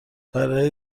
برای